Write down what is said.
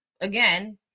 again